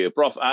Prof